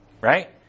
Right